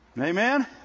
Amen